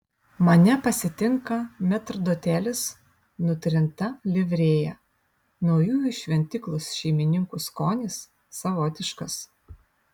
mane pasitinka metrdotelis nutrinta livrėja naujųjų šventyklos šeimininkų skonis savotiškas